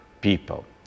people